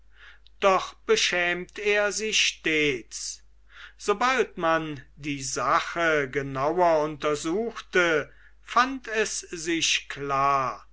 doch beschämt er sie stets sobald man die sache genauer untersuchte fand es sich klar